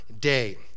day